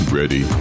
ready